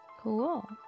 Cool